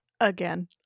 Again